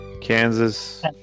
Kansas